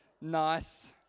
Nice